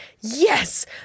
Yes